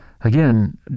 again